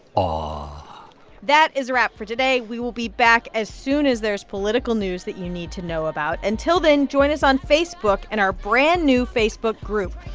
aw aw that is a wrap for today. we will be back as soon as there is political news that you need to know about. until then, join us on facebook and our brand-new facebook group.